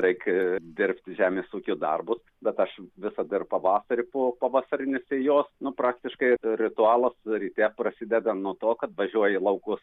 reik dirbti žemės ūkio darbus bet aš visad ir pavasarį po pavasarinės sėjos nu praktiškai ritualas ryte prasideda nuo to kad važiuoju į laukus